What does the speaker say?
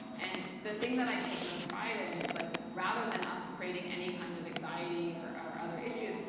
and the thing that i take most pride in is like rather than us creating any kind of anxiety or or other issues,